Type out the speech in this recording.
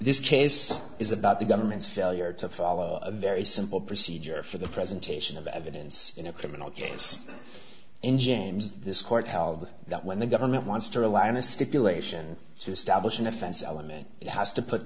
this case is about the government's failure to follow a very simple procedure for the presentation of the evidence in a criminal case in james this court held that when the government wants to rely on a stipulation to establish an offense element it has to put